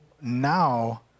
now